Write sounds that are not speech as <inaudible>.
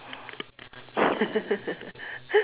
<laughs>